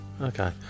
Okay